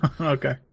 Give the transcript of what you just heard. Okay